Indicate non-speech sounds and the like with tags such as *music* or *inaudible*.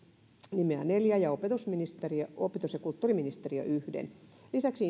nimeää neljä ja opetus ja kulttuuriministeriö yhden lisäksi *unintelligible*